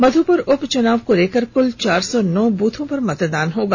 मध्यपुर उप चुनाव को लेकर कुल चार सौ नौ बूथों पर मतदान होगा